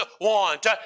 want